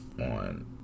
on